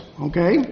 okay